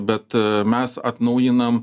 bet mes atnaujinam